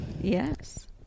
Yes